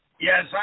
Yes